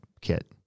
kit